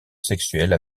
sexuelle